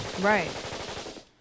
Right